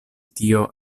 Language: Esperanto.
tio